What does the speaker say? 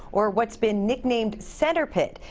or what's been nicknamed centre pit.